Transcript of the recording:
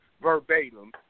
verbatim